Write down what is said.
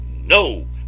no